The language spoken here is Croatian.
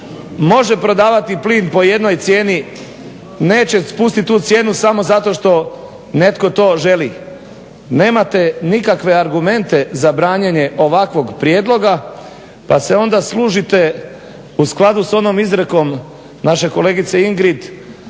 može prodavati plin po jednoj cijeni neće spustiti tu cijenu samo zato što netko to želi. Nemate nikakve argumente za branjenje ovakvog prijedloga, pa se onda služite u skladu sa onom izrekom naše kolegice Ingrid